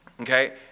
Okay